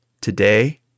Today